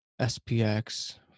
SPX